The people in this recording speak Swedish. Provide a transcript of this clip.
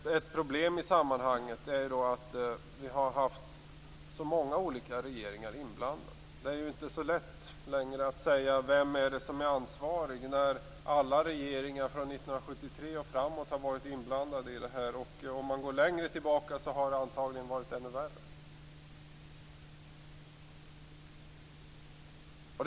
Ett problem i sammanhanget är att det har varit så många olika regeringar inblandade. Det är inte längre så lätt att säga vem som är ansvarig när alla regeringar från 1973 och framåt har varit inblandade i detta. Om man går längre tillbaka har det antagligen varit ännu värre.